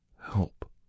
help